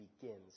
begins